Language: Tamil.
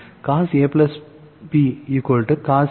cos a b cos a cos b sin a sin b